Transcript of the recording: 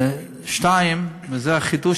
2. וזה החידוש,